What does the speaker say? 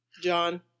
John